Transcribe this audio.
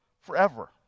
forever